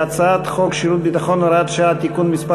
ההצעה להעביר את הצעת חוק שירות הביטחון (הוראת שעה) (תיקון מס'